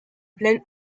plaine